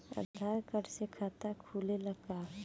आधार card से खाता खुले ला का?